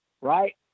right